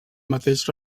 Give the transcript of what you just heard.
mateix